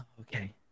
okay